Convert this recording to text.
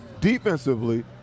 defensively